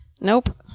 Nope